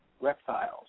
Reptiles